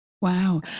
Wow